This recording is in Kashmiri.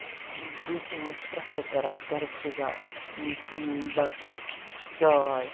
برٛوٗنٛٹھِم ٲسۍ پریفر کران گرُک غزا تُم بَتہٕ چاے